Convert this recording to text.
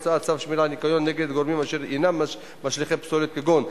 אין מתנגדים,